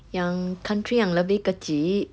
yang country yang lebih kecil